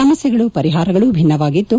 ಸಮಸ್ಟೆಗಳು ಪರಿಹಾರಗಳೂ ಭಿನ್ನವಾಗಿದ್ದು